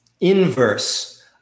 inverse